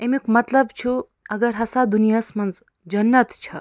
أمیُک مطلب چھُ اگر ہسا دُنیاہَس منٛز جنت چھِ